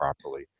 properly